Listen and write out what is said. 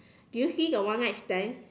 do you see the one night stand